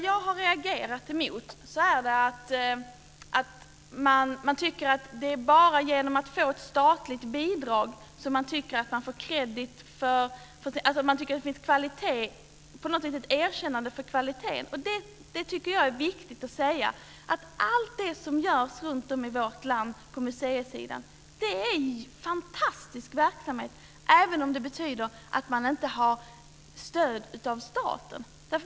Jag har reagerat emot att man tycker att det bara är genom att få ett statligt bidrag som man kan få ett erkännande för kvaliteten. Jag tycker att det är viktigt att säga att allt det som görs runtom i vårt land på museisidan är fantastisk verksamhet, även om det betyder att man inte har stöd från staten.